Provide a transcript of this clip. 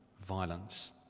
violence